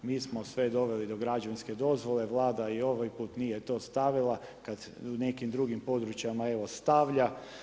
Mi smo sve doveli do građevinske dozvole, Vlada i ovaj put nije stavila kada u nekim drugim područjima stavlja.